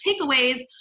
takeaways